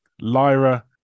Lyra